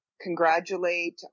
congratulate